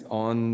on